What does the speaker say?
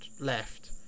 left